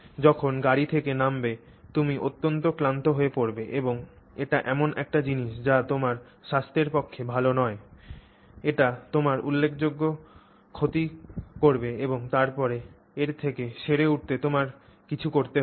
যখন গাড়ি থেকে নামবে তুমি অত্যন্ত ক্লান্ত হয়ে পড়বে এবং এটি এমন একটি জিনিস যা তোমার স্বাস্থ্যের পক্ষে ভাল নয় এটি তোমার উল্লেখযোগ্য ক্ষতি করবে এবং তারপরে এর থেকে সেরে উঠতে তোমাকে কিছু করতে হবে